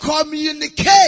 communicate